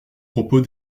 propos